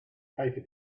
paper